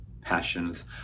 passions